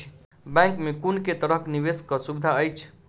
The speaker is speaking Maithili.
बैंक मे कुन केँ तरहक निवेश कऽ सुविधा अछि?